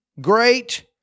great